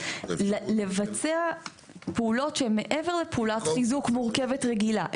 לבצע פעולות שהן מעבר לפעולת חיזוק מורכבת רגילה,